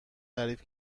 تعریف